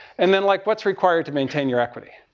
and then, like, what's required to maintain your equity?